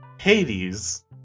Hades